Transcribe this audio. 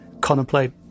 contemplate